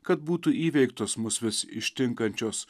kad būtų įveiktos mus vis ištinkančios